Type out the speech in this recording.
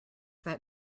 that